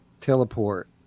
teleport